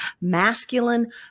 masculine